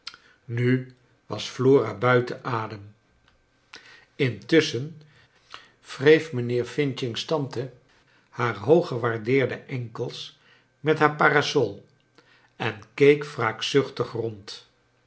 nu was flora buiten adem intusschen wreef mijnheer f's tante haar hoog gewaardeerde enkels met haar parasol en keek wraakzuchtig rond